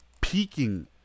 peaking